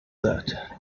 that